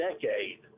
decade